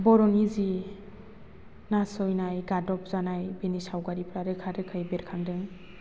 बर'नि जि नासयनाय गादबजानाय बेनि सावगारिफ्रा रोखा रोखायै बेरखांदों